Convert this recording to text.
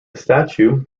statue